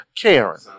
Karen